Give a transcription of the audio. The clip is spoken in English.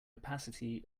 opacity